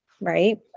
Right